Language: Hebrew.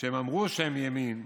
שאמרו שהן ימין,